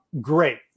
Great